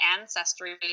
ancestry